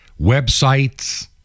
websites